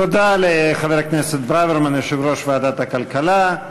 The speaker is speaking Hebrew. תודה לחבר הכנסת ברוורמן, יושב-ראש ועדת הכלכלה.